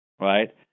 right